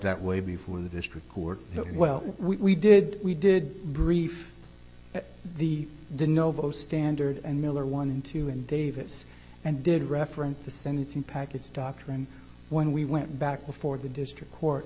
that way before the district court that well we did we did brief the the novo standard and miller won two in davis and did reference the sentencing packets doctrine when we went back before the district court